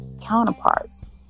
counterparts